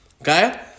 Okay